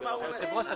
לציבור האריתראי.